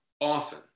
often